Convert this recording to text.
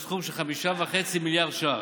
בסכום של 5.5 מיליארד ש"ח.